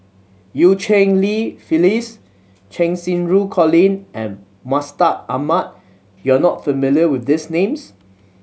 Eu Cheng Li Phyllis Cheng Xinru Colin and Mustaq Ahmad you are not familiar with these names